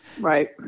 right